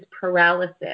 paralysis